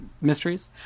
mysteries